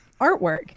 artwork